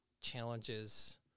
challenges